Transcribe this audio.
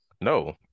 No